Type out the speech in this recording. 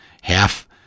Half